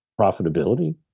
profitability